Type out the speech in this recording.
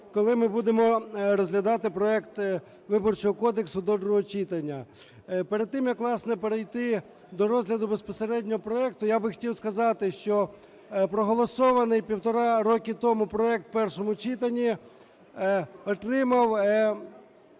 коли ми будемо розглядати проект Виборчого кодексу до другого читання. Перед тим, як, власне, перейти до розгляду безпосередньо проекту, я би хотів сказати, що проголосований півтора роки тому проект у першому читанні отримав